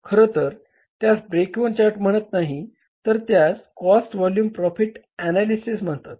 खरतर त्यास break even chart म्हणत नाहीत तर त्यास कॉस्ट व्हॉल्युम प्रॉफिट ऍनालिसीस म्हणतात